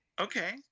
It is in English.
Okay